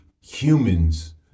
humans